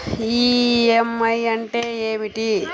EMI అంటే ఏమిటి?